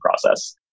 process